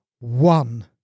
one